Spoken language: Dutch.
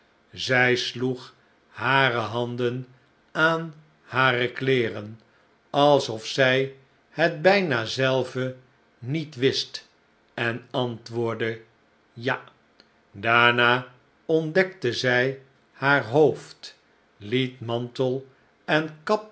zij sloeg hare handen aan hare kleeren alsof zij het bijna zelve niet wist en antwoordde ja daarna ontdekte zij haar hoofd liet mantel en